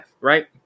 Right